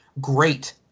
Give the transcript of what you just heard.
great